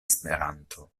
esperanto